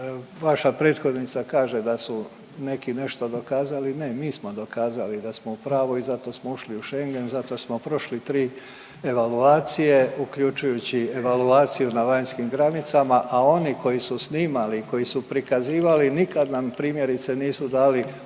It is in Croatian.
vaša prethodnica kaže da su neki nešto dokazali, ne mi smo dokazali da smo u pravu i zato smo ušli u Schengen, zato smo prošli tri evaluacije uključujući evaluaciju na vanjskim granicama. A oni koji su snimali, koji su prikazivali nikad nam primjerice nisu dali originalne